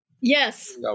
Yes